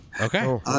okay